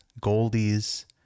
Goldie's